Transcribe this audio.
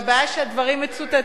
והבעיה שהדברים מצוטטים.